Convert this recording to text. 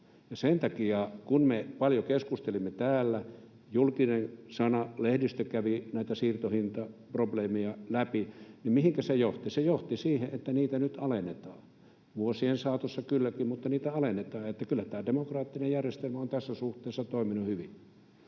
sen takia kun me paljon keskustelimme täällä ja julkinen sana, lehdistö, kävi näitä siirtohintaprobleemeja läpi, niin mihinkä se johti? Se johti siihen, että niitä nyt alennetaan, vuosien saatossa kylläkin, mutta niitä alennetaan, niin että kyllä tämä demokraattinen järjestelmä on tässä suhteessa toiminut hyvin.